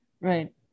right